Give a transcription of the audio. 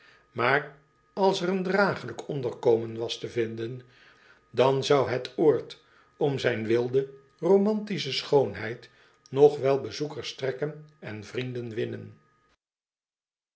maar als er een dragelijk onderkomen was te vinden dan zou het oord om zijn wilde romantische schoonheid nog wel bezoekers trekken en vrienden winnen